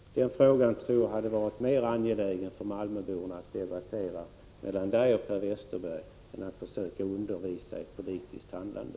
Jag tror att det hade varit angelägnare för malmöborna att Sten Andersson hade debatterat den frågan med Per Westerberg än att han försöker undervisa i politiskt handlande.